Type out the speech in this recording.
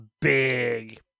big